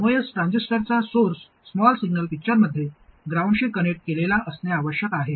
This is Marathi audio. एमओएस ट्रान्झिस्टरचा सोर्स स्मॉल सिग्नल पिक्चरमध्ये ग्राउंडशी कनेक्ट केलेला असणे आवश्यक आहे